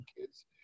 Kids